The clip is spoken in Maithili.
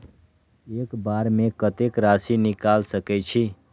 एक बार में कतेक राशि निकाल सकेछी?